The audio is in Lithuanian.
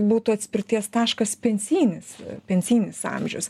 būtų atspirties taškas pensijinis pensinis amžius